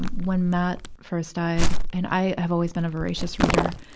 when matt first died, and i have always been a voracious reader,